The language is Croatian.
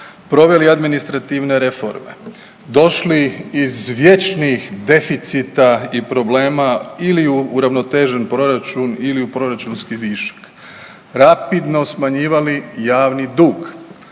Proveli administrativne reforme, došli iz vječnih deficita i problema ili u uravnotežen proračun ili u proračunski višak. Rapidno smanjivali javni dug.